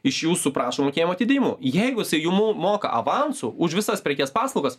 iš jūsų prašo mokėjimo atidėjimų jeigu jisai jums moka avansu už visas prekes paslaugas